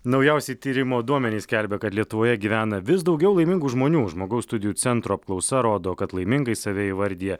naujausi tyrimo duomenys skelbia kad lietuvoje gyvena vis daugiau laimingų žmonių žmogaus studijų centro apklausa rodo kad laimingais save įvardija